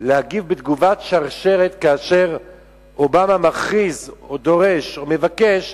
להגיב בתגובת שרשרת כאשר אובמה מכריז או דורש או מבקש,